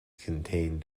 contained